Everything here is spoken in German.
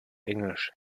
englisch